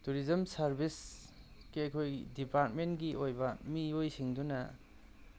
tourism ꯁꯥꯔꯚꯤꯁꯀꯤ ꯑꯩꯈꯣꯏ ꯗꯤꯄꯥꯔꯠꯃꯦꯟꯀꯤ ꯑꯣꯏꯕ ꯃꯤꯑꯣꯏꯁꯤꯡꯗꯨꯅ